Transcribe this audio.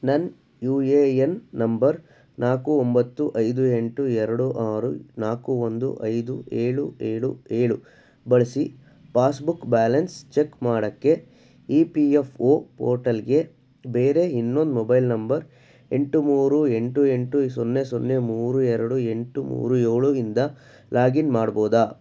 ನನ್ನ U A N number ನಾಲ್ಕು ಒಂಬತ್ತು ಐದು ಎಂಟು ಎರಡು ಆರು ನಾಲ್ಕು ಒಂದು ಐದು ಏಳು ಏಳು ಏಳು ಬಳಸಿ ಪಾಸ್ಬುಕ್ ಬ್ಯಾಲೆನ್ಸ್ ಚೆಕ್ ಮಾಡೋಕ್ಕೆ ಇ ಪಿ ಎಫ್ ಓ ಪೋರ್ಟಲ್ಗೆ ಬೇರೆ ಇನ್ನೊಂದು ಮೊಬೈಲ್ ನಂಬರ್ ಎಂಟು ಮೂರು ಎಂಟು ಎಂಟು ಸೊನ್ನೆ ಸೊನ್ನೆ ಮೂರು ಎರಡು ಎಂಟು ಮೂರು ಏಳು ಇಂದ ಲಾಗಿನ್ ಮಾಡ್ಬೋದಾ